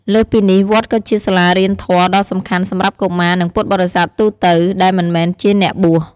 លើសពីនេះ វត្តក៏ជា សាលារៀនធម៌ដ៏សំខាន់ សម្រាប់កុមារ និងពុទ្ធបរិស័ទទូទៅ ដែលមិនមែនជាអ្នកបួស។